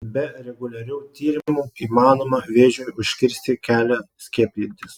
be reguliarių tyrimų įmanoma vėžiui užkirsti kelią skiepijantis